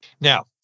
Now